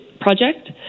project